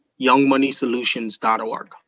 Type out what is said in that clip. youngmoneysolutions.org